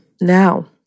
now